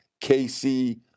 KC